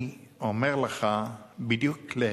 אני אומר לך בדיוק להיפך,